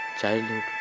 childhood